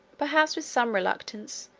perhaps with some reluctance,